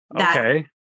Okay